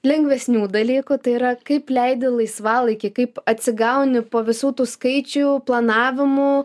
lengvesnių dalykų tai yra kaip leidi laisvalaikį kaip atsigauni po visų tų skaičių planavimų